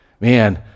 Man